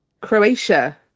Croatia